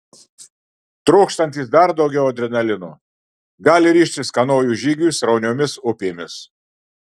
trokštantys dar daugiau adrenalino gali ryžtis kanojų žygiui srauniomis upėmis